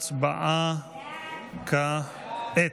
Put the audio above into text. הצבעה כעת.